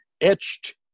etched